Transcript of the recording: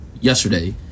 yesterday